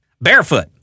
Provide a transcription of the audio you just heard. Barefoot